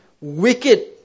wicked